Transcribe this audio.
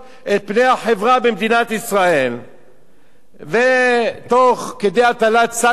במדינת ישראל ותוך כדי הטלת סנקציות אישיות